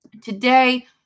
Today